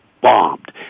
bombed